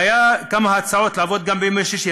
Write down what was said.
היו גם הצעות לעבוד גם בימי שישי,